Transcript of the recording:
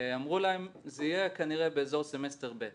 אמרו להם, זה יהיה כנראה אזור סמסטר ב',